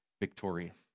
victorious